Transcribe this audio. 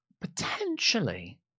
Potentially